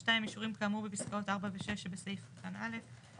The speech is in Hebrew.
(2) אישורים כאמור בפסקאות (4) ו-(6) שבסעיף קטן (א).